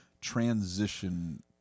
transition